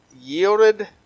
yielded